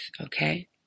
okay